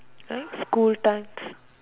oh school times